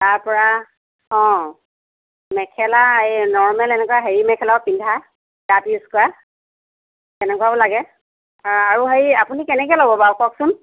তাৰ পৰা মেখেলা এই নৰ্মেল এনেকুৱা হেৰি মেখেলা পিন্ধা ৰাফ ইউজ কৰা সেনেকুৱাও লাগে আৰু হেৰি আপুনি কেনেকৈ ল'ব বাৰু কওকচোন